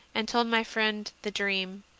and told my friend the dream,